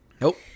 Nope